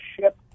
ship